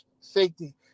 safety